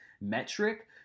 metric